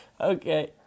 Okay